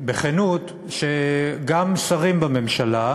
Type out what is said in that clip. בכנות שגם שרים בממשלה,